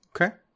Okay